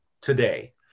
today